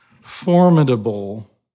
formidable